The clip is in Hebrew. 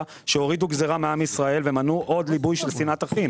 שהורידו גזרה מעם ישראל ומנעו עוד ליבוי של שנאת אחים.